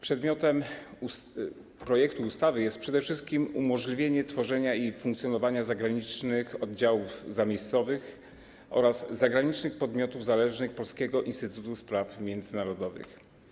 Przedmiotem projektu ustawy jest przede wszystkim umożliwienie tworzenia i funkcjonowania zagranicznych oddziałów zamiejscowych oraz zagranicznych podmiotów zależnych Polskiego Instytutu Spraw Międzynarodowych.